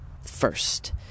first